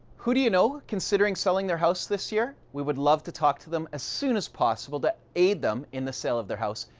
who do you know considering selling their house this year. we would love to talk to them as soon as possible to aid them in the sale of their house.